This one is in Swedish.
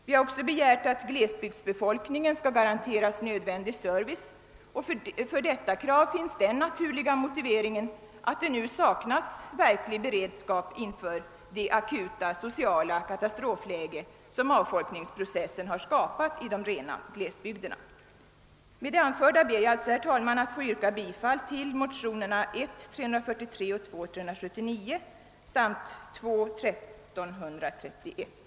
Vi har också begärt att glesbygdsbefolkningen skall garanteras nödvändig service, och för detta krav finns den naturliga motiveringen att nu saknas all verklig beredskap inför det akuta sociala katastrofläge som avfolkningsprocessen skapat i de rena glesbygderna. Med det anförda ber jag, herr talman, att få yrka bifall till motionerna 1: 343 och II: 379 samt II: 1331.